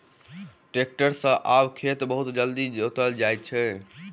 tractor सॅ आब खेत बहुत जल्दी जोता जाइत अछि